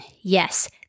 Yes